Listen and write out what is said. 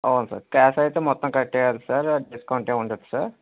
అవును sir cash అయితే మొత్తం కట్టేయాలి సార్ డిస్కౌంట్ ఏం ఉండదు సార్